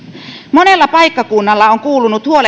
monella paikkakunnalla on kuulunut